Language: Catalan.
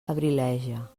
abrileja